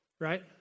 right